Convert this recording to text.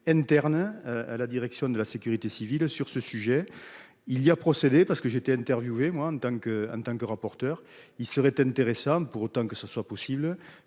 interne à la direction de la sécurité civile sur ce sujet il y a procédé parce que j'ai été interviewé, moi en tant que en tant que rapporteur, il serait intéressant pour autant que ce soit possible